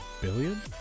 billion